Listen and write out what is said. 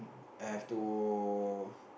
have to